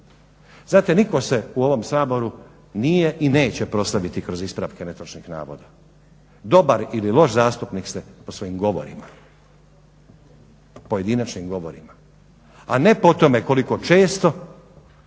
Znate nitko se u ovom Saboru nije i neće proslaviti kroz ispravke netočnih navoda. Dobar ili loš zastupnik ste po svojim govorima, pojedinačnim govorima, a ne po tome koliko često